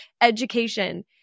education